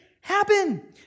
happen